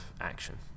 action